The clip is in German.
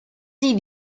sie